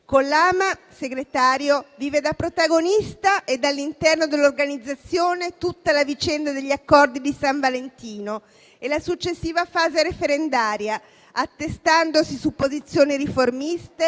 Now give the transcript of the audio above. Con Lama segretario, vive da protagonista e dall'interno dell'organizzazione tutta la vicenda dell'accordo di san Valentino e la successiva fase referendaria, attestandosi su posizioni riformiste